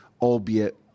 albeit